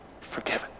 Forgiven